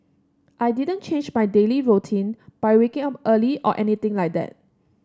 I didn't change my daily routine by waking up early or anything like that